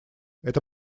это